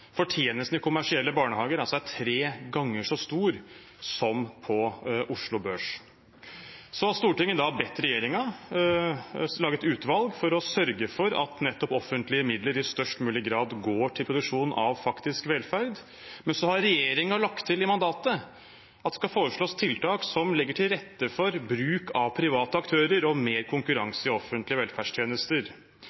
fortjenesten i kommersielle barnehager er tre ganger så stor som avkastningen på Oslo Børs. Stortinget har bedt regjeringen sette ned et utvalg for å sørge for at offentlige midler i størst mulig grad går til produksjon av faktisk velferd. Men så har regjeringen lagt til i mandatet at det skal foreslås tiltak som legger til rette for bruk av private aktører og mer